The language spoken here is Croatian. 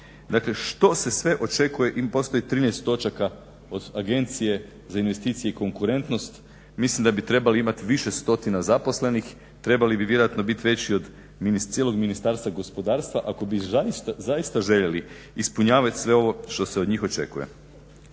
dakle što se sve očekuje. Postoji 13 točaka od Agencije za investicije i konkurentnost. Mislim da bi trebala imati više stotina zaposlenih, trebali bi vjerojatno biti već od cijelog Ministarstva gospodarstva ako bi zaista željeli ispunjavat sve ovo što se od njih očekuje.